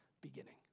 beginning